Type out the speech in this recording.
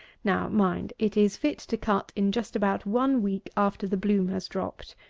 now, mind, it is fit to cut in just about one week after the bloom has dropped.